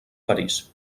parís